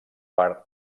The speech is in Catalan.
per